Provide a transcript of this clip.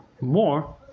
more